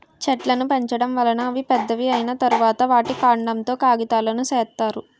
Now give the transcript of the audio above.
చెట్లును పెంచడం వలన అవి పెద్దవి అయ్యిన తరువాత, వాటి కాండం తో కాగితాలును సేత్తారు